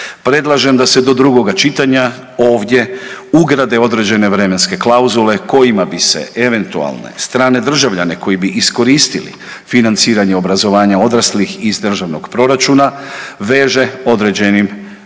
Predlažem da se do drugoga čitanja ovdje ugrade određene vremenske klauzule kojima bi se eventualne strane državljane koji bi iskoristili financiranje obrazovanja odraslih iz državnog proračuna veže određenim vremenom